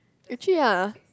actually ya